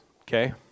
okay